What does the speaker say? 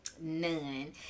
None